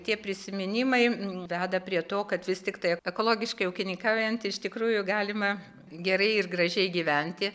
tie prisiminimai veda prie to kad vis tiktai ekologiškai ūkinykaujant iš tikrųjų galima gerai ir gražiai gyventi